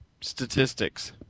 statistics